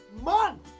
month